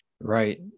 Right